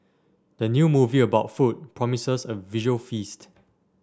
the new movie about food promises a visual feast